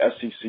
SEC